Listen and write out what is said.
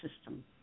system